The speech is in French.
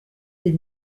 des